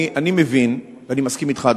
אני מבין ואני מסכים אתך,